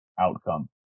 outcome